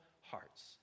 hearts